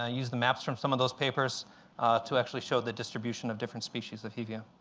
ah used the maps from some of those papers to actually show the distribution of different species of hevea.